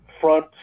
front